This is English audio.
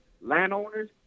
landowners